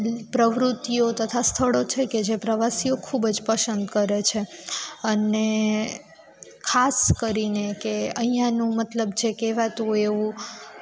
પ્રવૃત્તિઓ તથા સ્થળો છે કે જે પ્રવાસીઓ ખૂબ જ પસંદ કરે છે અને ખાસ કરીને કે અહીંયાનું મતલબ કે જે કહેવાતું હોય એવું